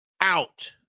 out